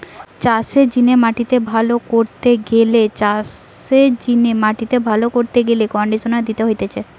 চাষের জিনে মাটিকে ভালো কইরতে গেলে কন্ডিশনার দিতে হতিছে